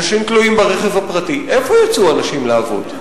אנשים תלויים ברכב הפרטי, איפה יצאו הנשים לעבוד?